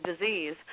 disease